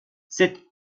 cette